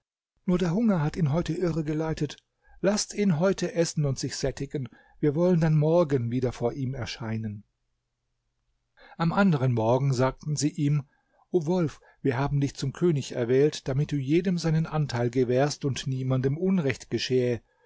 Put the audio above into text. nur der hunger hat ihn heute irre geleitet laßt ihn heute essen und sich sättigen wir wollen dann morgen wieder vor ihm erscheinen am anderen morgen sagten sie ihm o wolf wir haben dich zum könig erwählt damit du jedem seinen anteil gewährst und niemandem unrecht geschähe